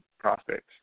prospects